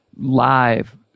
live